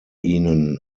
ihnen